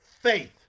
faith